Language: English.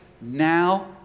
now